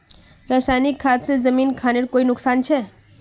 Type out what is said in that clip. रासायनिक खाद से जमीन खानेर कोई नुकसान छे?